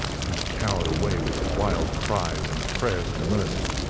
he cowered away with wild cries and prayers for mercy,